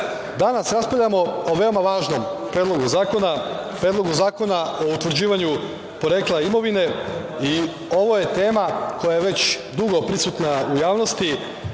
raspravljamo o veoma važnom predlogu zakona, Predlogu zakona o utvrđivanju porekla imovine i ovo je tema koja je već dugo prisutna u javnosti.